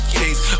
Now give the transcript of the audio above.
case